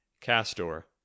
Castor